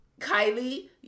Kylie